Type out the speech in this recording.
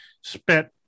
spent